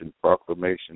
proclamation